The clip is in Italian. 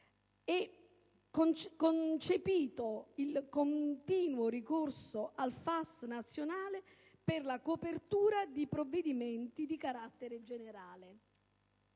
e permesso il continuo ricorso al FAS nazionale per la copertura di provvedimenti di carattere generale.